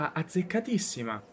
azzeccatissima